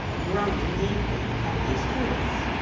groaning deeply at these truths.